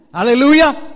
Hallelujah